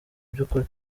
by’ukuri